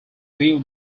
view